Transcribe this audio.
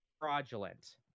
fraudulent